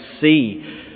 see